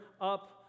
up